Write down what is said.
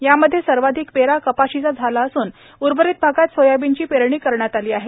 यामध्ये सर्वाधिक पेरा कपाशीचा झाला असून उर्वरित भागात सोयाबीनची पेरणी झाली आहे